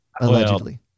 Allegedly